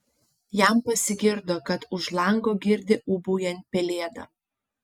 jam pasigirdo kad už lango girdi ūbaujant pelėdą